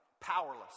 Powerless